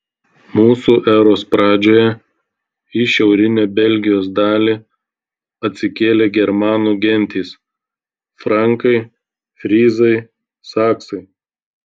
mūsų eros pradžioje į šiaurinę belgijos dalį atsikėlė germanų gentys frankai fryzai saksai